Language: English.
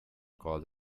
cause